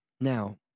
Now